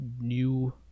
new